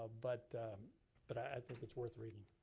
but but i think it's worth reading.